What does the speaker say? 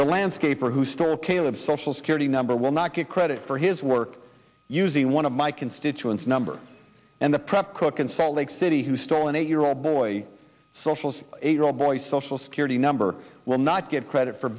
the landscaper who stole kaleb social security number will not get credit for his work using one of my constituents number and the prep cook in salt lake city who stole an eight year old boy social boy social security number will not get credit for